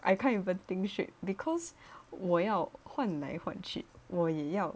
I can't even think straight because 我要换来换去我也要